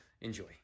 Enjoy